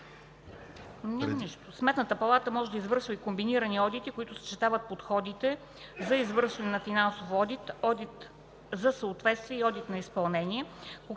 Сметната палата може да извършва и комбинирани одити, които съчетават подходите за извършване на финансов одит, одит за съответствие и одит на изпълнение.